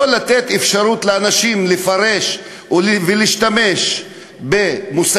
לא לתת אפשרות לאנשים לפרש ולהשתמש במושגים